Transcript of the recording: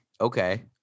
Okay